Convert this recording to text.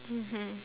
mmhmm